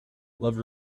love